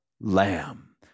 Lamb